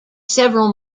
several